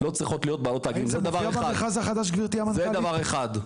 לא צריכות להיות בעלות תאגידים, זה דבר אחד.